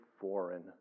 foreign